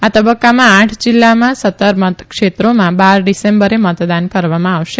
આ તબકકામાં આઠ જીલ્લામાં સત્તર મતક્ષેત્રોમાં બાર ડીસેમ્બરે મતદાન કરવામાં આવશે